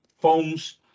phones